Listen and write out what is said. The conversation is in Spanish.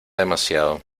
demasiado